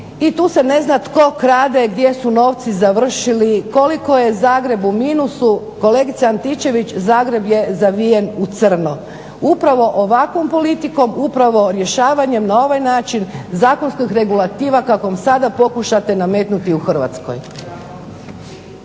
i tu se ne zna tko krade, gdje su novci završili, koliko je Zagreb u minusu. Kolegice Antičević, Zagreb je zavijen u crno upravo ovakvom politikom, upravo rješavanjem na ovaj način zakonskih regulativa kako nam sada pokušate nametnuti u Hrvatskoj.